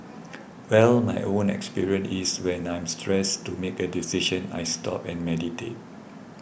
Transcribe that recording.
well my own experience is when I'm stressed to make a decision I stop and meditate